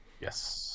Yes